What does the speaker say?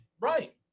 right